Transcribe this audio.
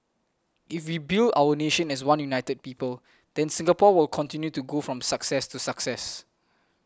if we build our nation as one united people then Singapore will continue to go from success to success